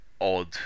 odd